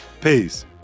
peace